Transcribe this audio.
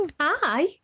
Hi